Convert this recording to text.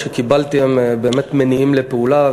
הן באמת מניעות לפעולה.